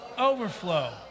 overflow